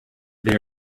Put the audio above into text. they